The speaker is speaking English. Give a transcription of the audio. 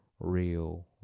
real